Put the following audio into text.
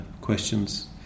questions